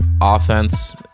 offense